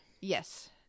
Yes